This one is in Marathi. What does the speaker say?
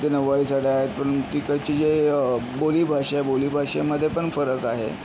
तिथं नऊवारी साड्या आहेत पण तिकडची जे बोली भाषा बोली भाषेमध्येपण फरक आहे